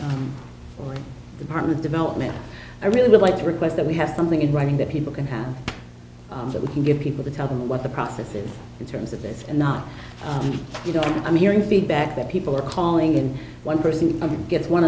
city or department development i really would like to request that we have something in writing that people can have that we can give people to tell them what the process is in terms of this and not you know i'm hearing feedback that people are calling in one person and it gets one